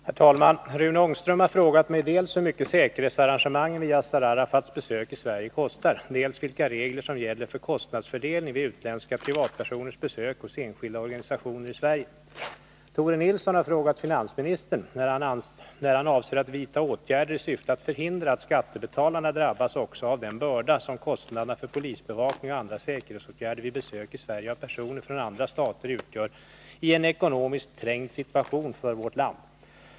Herr talman! Rune Ångström har frågat mig dels hur mycket säkerhetsarrangemangen vid Yasser Arafats besök i Sverige kostar, dels vilka regler som gäller för kostnadsfördelning vid utländska privatpersoners besök hos enskilda organisationer i Sverige. Tore Nilsson har frågat finansministern när han avser att vidta åtgärder i syfte att förhindra att skattebetalarna drabbas också av den börda som kostnaderna för polisbevakning och andra säkerhetsåtgärder vid besök i Sverige av personer från andra stater utgör i en ekonomiskt trängd situation för vårt land.